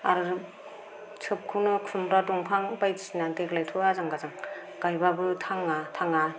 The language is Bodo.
आरो सबखौनो खुमब्रा दंफां बायदिसना देग्लायथ' आजां गाजां गायबाबो थाङा थाङा